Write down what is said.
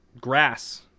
Grass